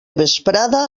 vesprada